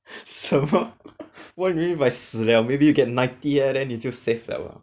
什么 what do you mean by 死了 maybe you get ninety leh then 你就 safe 了